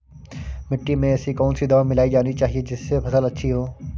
मिट्टी में ऐसी कौन सी दवा मिलाई जानी चाहिए जिससे फसल अच्छी हो?